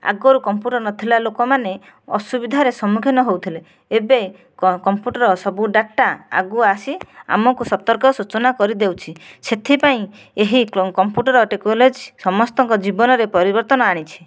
ଆଗରୁ କମ୍ପୁଟର ନଥିଲା ଲୋକ ମାନେ ଅସୁବିଧାରେ ସମ୍ମୁଖୀନ ହେଉଥିଲେ ଏବେ କମ୍ପୁଟର ସବୁ ଡାଟା ଆଗୁଆ ଆସି ଆମକୁ ସତର୍କ ସୂଚନା କରିଦେଉଛି ସେଥିପାଈଁ ଏହି କମ୍ପୁଟର ଟେକ୍ନୋଲୋଜି ସମସ୍ତଙ୍କ ଜୀବନରେ ପରିବର୍ତ୍ତନ ଆଣିଛି